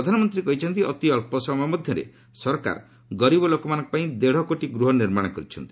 ପ୍ରଧାନମନ୍ତ୍ରୀ କହିଛନ୍ତି ଅତି ଅକ୍ଷ ସମୟ ମଧ୍ୟରେ ସରକାର ଗରିବ ଲୋକମାନଙ୍କ ପାଇଁ ଦେଢ଼ କୋଟି ଗୃହ ନିର୍ମାଣ କରିଛନ୍ତି